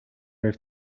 heeft